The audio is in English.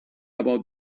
about